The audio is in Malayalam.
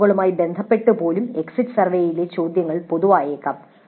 സിഒകളുമായി ബന്ധപ്പെട്ട് പോലും എക്സിറ്റ് സർവേയിലെ ചോദ്യങ്ങൾ പൊതുവായേക്കാം